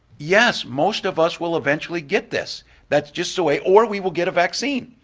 yes, most of us will eventually get this that's just the way or we will get a vaccine.